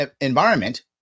environment